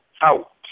out